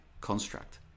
construct